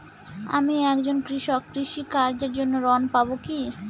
আমি একজন কৃষক কৃষি কার্যের জন্য ঋণ পাব কি?